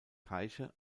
teiche